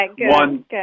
one